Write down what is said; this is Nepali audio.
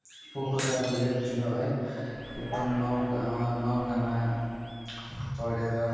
पोखराको लेकतिर है एकदम नौका नौकामा चढेर